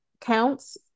counts